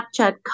Snapchat